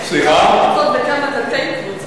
וכמה תתי-קבוצות?